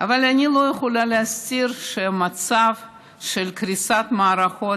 אבל אני לא יכולה להסתיר שהמצב של קריסת המערכות,